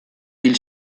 hil